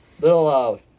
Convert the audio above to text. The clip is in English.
little